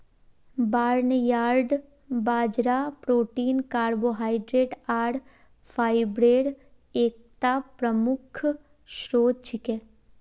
barnyard बाजरा protein carbohydrate आर फाईब्रेर एकता प्रमुख स्रोत छिके